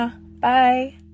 Bye